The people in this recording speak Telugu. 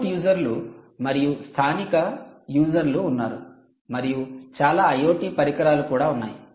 రిమోట్ యూజర్లు మరియు స్థానిక యూజర్లు ఉన్నారు మరియు చాలా IoT పరికరాలు కూడా ఉన్నాయి